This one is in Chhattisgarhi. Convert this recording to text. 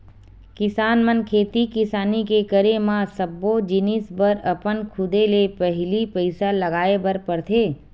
किसान मन खेती किसानी के करे म सब्बो जिनिस बर अपन खुदे ले पहिली पइसा लगाय बर परथे